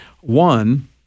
One